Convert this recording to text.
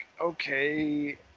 okay